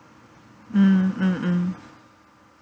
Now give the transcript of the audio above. mm mm mm